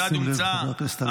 שים לב, חבר הכנסת הלוי.